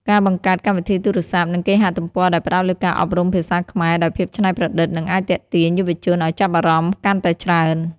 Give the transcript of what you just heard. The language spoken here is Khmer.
ការបង្កើតកម្មវិធីទូរស័ព្ទ និងគេហទំព័រដែលផ្តោតលើការអប់រំភាសាខ្មែរដោយភាពច្នៃប្រឌិត នឹងអាចទាក់ទាញយុវជនឱ្យចាប់អារម្មណ៍កាន់តែច្រើន។